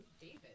David